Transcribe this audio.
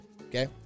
Okay